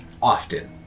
often